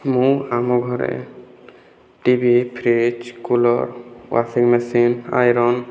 ମୁଁ ଆମ ଘରେ TV fridge cooler washing machine iron